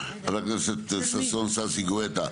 חבר הכנסת ששון ששי גואטה,